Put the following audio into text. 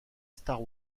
star